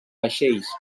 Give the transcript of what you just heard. vaixells